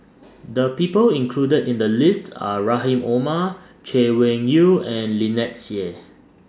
The People included in The list Are Rahim Omar Chay Weng Yew and Lynnette Seah